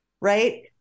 right